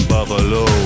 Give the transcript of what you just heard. Buffalo